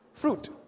fruit